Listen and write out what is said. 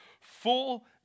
full